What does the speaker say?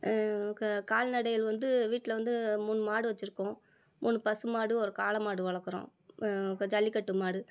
இங்கே கால்நடைகள் வந்து வீட்டில வந்து மூணு மாடு வச்சிருக்கோம் மூணு பசுமாடு ஒரு காளைமாடு வளர்க்குறோம் ஜல்லிக்கட்டு மாடு